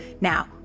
Now